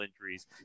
injuries